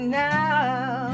now